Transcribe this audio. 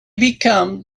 become